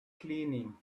cleaning